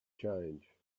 change